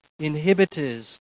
inhibitors